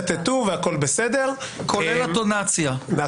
תצטטו והכול בסדר, כולל הטונציה.